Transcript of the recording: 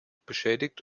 beschädigt